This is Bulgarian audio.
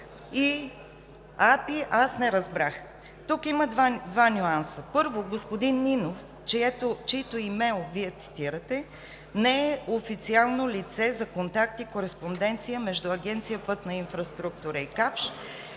и АПИ, аз не разбрах. Тук има два нюанса: първо, господин Нинов, чийто имейл Вие цитирате, не е официално лице за контакт и кореспонденция между Агенция „Пътна инфраструктура“ и